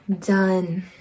done